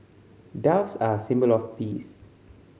doves are a symbol of peace